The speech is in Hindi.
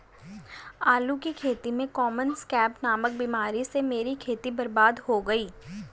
आलू की खेती में कॉमन स्कैब नामक बीमारी से मेरी खेती बर्बाद हो गई